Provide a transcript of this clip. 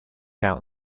out